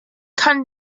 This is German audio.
kann